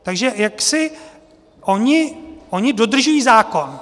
Takže jaksi oni dodržují zákon.